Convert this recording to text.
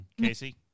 Casey